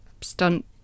stunt